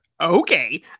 okay